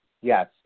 Yes